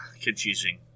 confusing